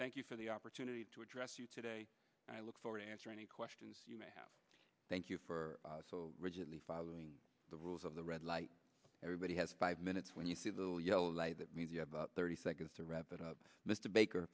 thank you for the opportunity to address you today and i look forward to answer any questions you may have thank you for rigidly following the rules of the red light everybody has five minutes when you see the yellow light that means you have thirty seconds to wrap it up mr baker